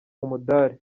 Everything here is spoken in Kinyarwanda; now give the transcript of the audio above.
umudali